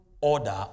order